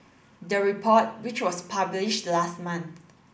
the report which was published last month